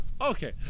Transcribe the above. okay